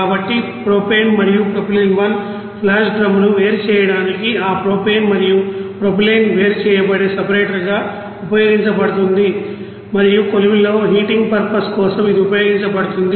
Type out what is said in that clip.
కాబట్టి ప్రొపేన్ మరియు propylene 1 flash డ్రమ్ను వేరు చేయడానికి ఈ ప్రొపేన్ మరియు ప్రొపైలిన్ వేరు చేయబడే సెపరేటర్గా ఉపయోగించబడుతుంది మరియు కొలిమిలో హీటింగ్ పర్పస్ కోసం ఇది ఉపయోగించబడుతుంది